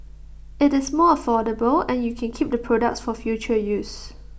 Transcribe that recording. IT is more affordable and you can keep the products for future use